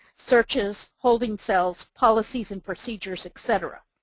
searches, holding cells, policies and procedures, et cetera.